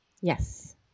Yes